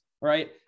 right